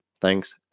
Thanks